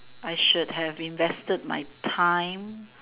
I should have invested my time